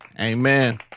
Amen